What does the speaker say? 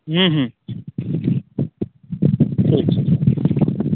हँ हँ ठीक छै